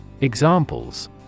Examples